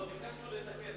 לא, ביקשנו לתקן.